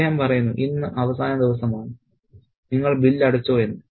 അദ്ദേഹം പറയുന്നു ഇന്ന് അവസാന ദിവസമാണ് നിങ്ങൾ ബിൽ അടച്ചോ എന്ന്